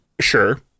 Sure